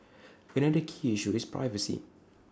another key issue is privacy